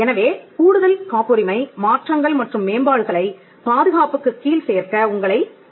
எனவே கூடுதல் காப்புரிமை மாற்றங்கள் மற்றும் மேம்பாடுகளை பாதுகாப்புக்குக் கீழ் சேர்க்க உங்களை அனுமதிக்கிறது